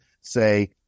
say